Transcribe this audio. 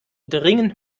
dringend